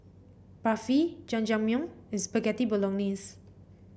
Barfi Jajangmyeon and Spaghetti Bolognese